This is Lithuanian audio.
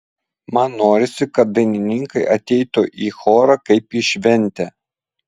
man norisi kad dainininkai ateitų į chorą kaip į šventę